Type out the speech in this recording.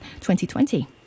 2020